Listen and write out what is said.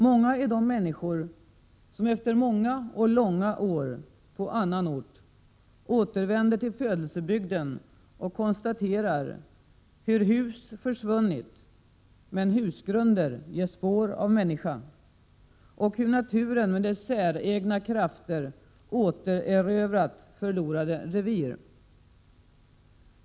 Många är de människor som efter många och långa år på annan ort återvänder till födelsebygden och konstaterar hur hus har försvunnit, men husgrunder ger spår av människan, och hur naturen, med dess säregna krafter, återerövrat förlorade revir.